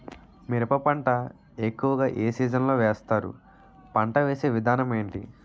మిరప పంట ఎక్కువుగా ఏ సీజన్ లో వేస్తారు? పంట వేసే విధానం ఎంటి?